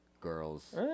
girls